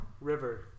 River